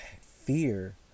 fear